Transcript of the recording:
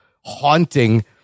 haunting